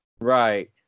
Right